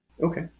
Okay